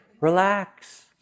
Relax